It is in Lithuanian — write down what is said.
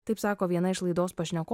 taip sako viena iš laidos pašnekovė